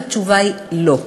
התשובה היא לא.